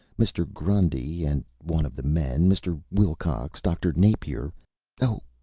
mr. grundy and one of the men, mr. wilcox, dr. napier oh,